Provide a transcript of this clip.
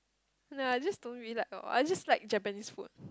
no I just don't really like orh I just like Japanese food